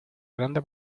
grande